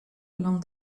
along